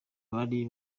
bari